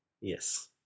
Yes